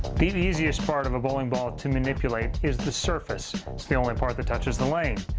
the the easiest part of a bowling ball to manipulate is the surface. it's the only part that touches the lane.